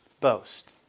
boast